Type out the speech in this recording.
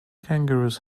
kangaroos